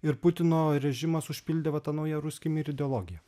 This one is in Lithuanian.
ir putino režimas užpildė va ta nauja ruskij myr ideologija